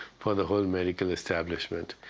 for the whole medical establishment.